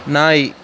நாய்